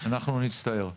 אנחנו נצטער.